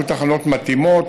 שיהיו תחנות מתאימות,